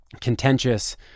contentious